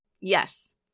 Yes